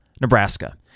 Nebraska